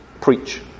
preach